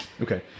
Okay